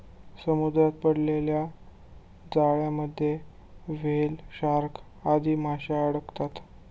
समुद्रात पडलेल्या जाळ्यांमध्ये व्हेल, शार्क आदी माशे अडकतात